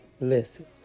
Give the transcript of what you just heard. Listen